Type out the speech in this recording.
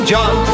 John